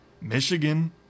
Michigan